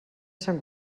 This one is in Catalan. sant